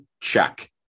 check